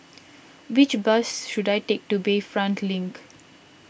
which bus should I take to Bayfront Link